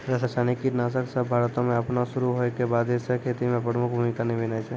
रसायनिक कीटनाशक सभ भारतो मे अपनो शुरू होय के बादे से खेती मे प्रमुख भूमिका निभैने छै